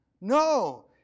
No